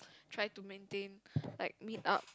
try to maintain like meet up